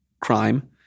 crime